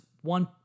one